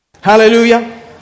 Hallelujah